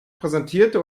präsentierte